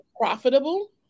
profitable